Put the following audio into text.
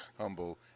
humble